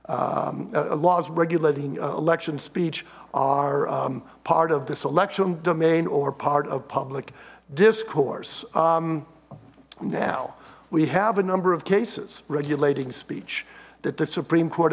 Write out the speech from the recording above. laws regulating election speech are part of this election domain or part of public discourse now we have a number of cases regulating speech that the supreme court